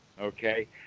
okay